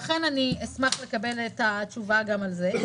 לכן אשמח לקבל את התשובה גם על זה.